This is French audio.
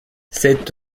c’est